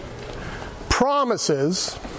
promises